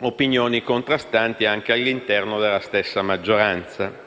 opinioni contrastanti anche all'interno della stessa maggioranza.